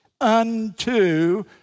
unto